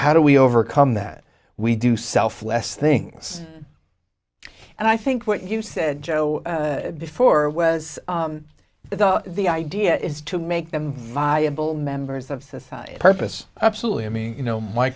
how do we overcome that we do self less things and i think what you said joe before was that the idea is to make them viable members of society purpose absolutely i mean you know my